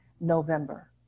November